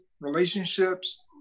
relationships